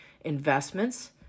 investments